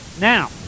Now